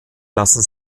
lassen